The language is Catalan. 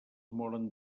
moren